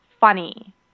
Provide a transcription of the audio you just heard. funny